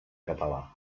català